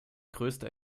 größte